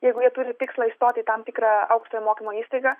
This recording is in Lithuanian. jeigu jie turi tikslą įstoti į tam tikrą aukštojo mokymo įstaigą